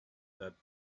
that